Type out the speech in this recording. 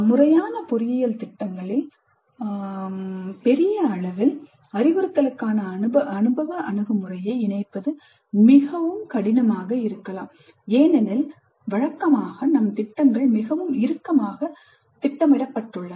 முறையான பொறியியல் திட்டங்களில் பெரிய அளவில் அறிவுறுத்தலுக்கான அனுபவ அணுகுமுறையை இணைப்பது மிகவும் கடினமாக இருக்கலாம் ஏனெனில் வழக்கமாக நம் திட்டங்கள் மிகவும் இறுக்கமாக திட்டமிடப்பட்டுள்ளன